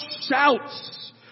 shouts